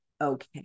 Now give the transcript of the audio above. okay